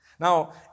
Now